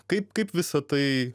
kaip kaip visa tai